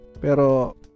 pero